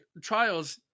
trials